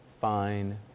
fine